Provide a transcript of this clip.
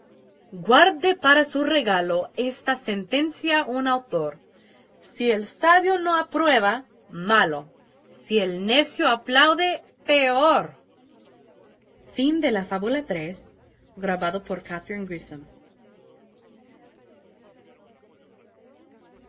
guarde para su regalo esta sentencia un autor si el sabio no aprueba malo si el necio aplaude peor fábula